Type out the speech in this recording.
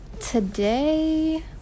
today